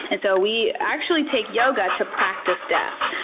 and so we actually take yoga to practice death.